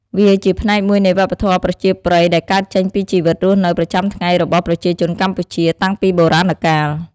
វាជាផ្នែកមួយនៃវប្បធម៌ប្រជាប្រិយដែលកើតចេញពីជីវិតរស់នៅប្រចាំថ្ងៃរបស់ប្រជាជនកម្ពុជា តាំងពីបុរាណកាល។